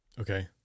Okay